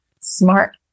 smart